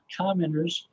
commenters